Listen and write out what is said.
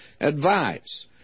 advice